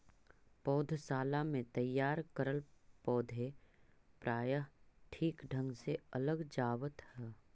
पौधशाला में तैयार करल पौधे प्रायः ठीक ढंग से लग जावत है